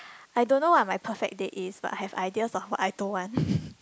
I don't know what my perfect date is but I have ideas of what I don't want